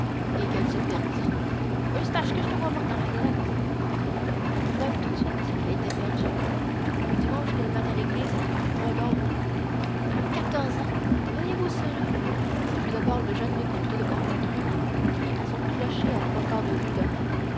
et qu'elle se perdit eustache que je te voie mordre dans la galette nous vîmes tout de suite qu'elle était perdue un dimanche qu'elle vint à l'église avec une croix d'or au cou à quatorze ans voyez-vous cela ce fut d'abord le jeune vicomte de cormontreuil qui a son clocher à trois quarts de lieue de reims